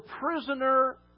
prisoner